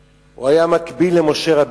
הוא לא היה אדם פשוט.